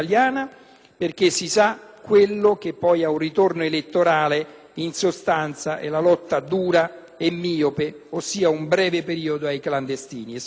perché, si sa, quello che poi ha un ritorno elettorale in sostanza è la lotta «dura» e miope, ossia sul breve periodo, ai clandestini! E allora